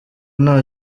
nta